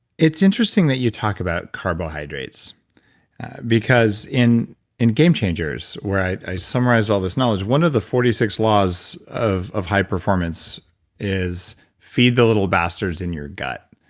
it's interesting that you talk about carbohydrates because in in game changers, where i summarize all this knowledge, one of the forty six laws of of high performance is feed the little bastards in your gut.